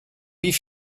wie